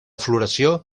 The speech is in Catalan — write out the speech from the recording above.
floració